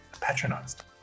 patronized